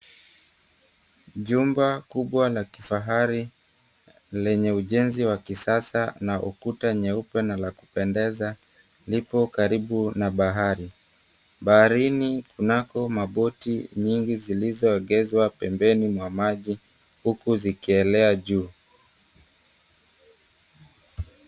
Jumba kubwa la kifahari lenye ujenzi wa kisasa na ukuta nyeupe na la kupendeza, lipo karibu na bahari. Baharini kunako maboti nyingi zilizoegezwa pembeni mwa maji, huku zikielea juu.